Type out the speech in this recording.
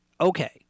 Okay